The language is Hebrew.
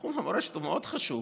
תחום המורשת הוא מאוד חשוב,